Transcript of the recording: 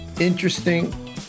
interesting